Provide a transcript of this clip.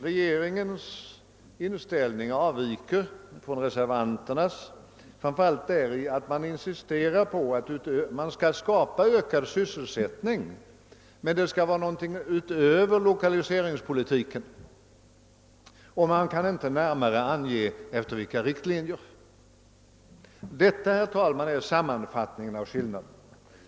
Regeringens inställning avviker från reservanternas framför allt däri att man visserligen som vi vill skapa ökad sysselsättning men dessutom eftersträvar någonting utöver lokaliseringspolitiken — och man kan inte närmare ange efter vilka riktlinjer. Detta, herr talman, är sammanfattningen av skillnaden.